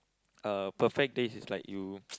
uh perfect date is like you